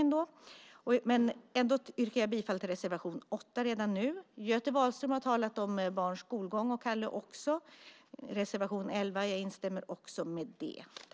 Ändå yrkar jag bifall till reservation 8 redan nu. Göte Wahlström och även Kalle Larsson har talat om barns skolgång och om reservation 11. Jag instämmer i det.